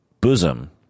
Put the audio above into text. bosom